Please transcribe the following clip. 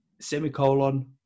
semicolon